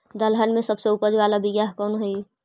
दलहन में सबसे उपज बाला बियाह कौन कौन हइ?